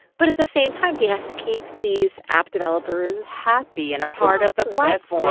but at the same time, he has to keep these app developers. happy and a part of the platform. ah